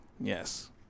Yes